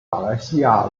马来西亚